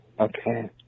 Okay